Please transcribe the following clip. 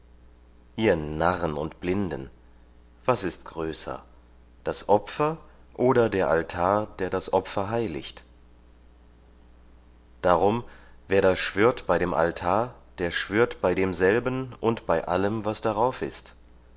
ihr narren und blinden was ist größer das opfer oder der altar der das opfer heiligt darum wer da schwört bei dem altar der schwört bei demselben und bei allem was darauf ist